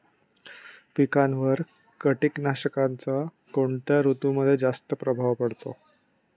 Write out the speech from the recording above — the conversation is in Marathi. पिकांवर कीटकनाशकांचा कोणत्या ऋतूमध्ये जास्त प्रभाव पडतो?